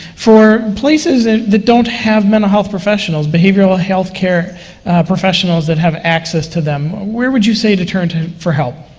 for places and that don't have mental health professionals, behavioral ah healthcare professionals that have access to them? where would you say to turn for help?